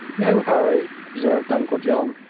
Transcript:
no hurry, observed uncle john.